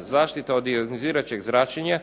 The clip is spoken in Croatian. zaštita od ionizirajućeg zračenja